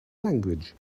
language